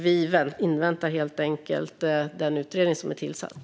Vi inväntar helt enkelt den utredning som är tillsatt.